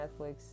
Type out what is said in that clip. Netflix